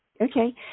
Okay